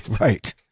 Right